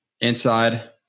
inside